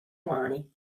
umani